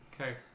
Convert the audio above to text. Okay